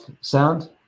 sound